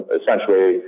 essentially